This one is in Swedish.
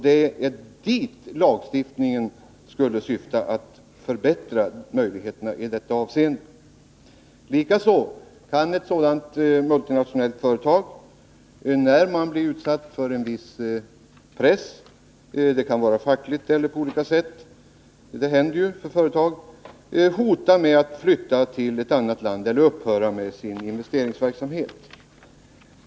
Det är dit lagstiftningen skulle syfta — att förbättra möjligheterna i detta avseende. Likaså kan ett multinationellt företag, om det utsätts för en viss press — fackligt eller på annat sätt — hota med att flytta till ett annat land eller upphöra med sin investeringsverksamhet.